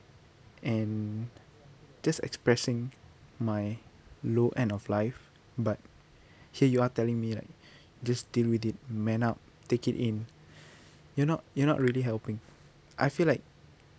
and just expressing my low end of life but here you are telling me like just deal with it man up take it in you're not you're not really helping I feel like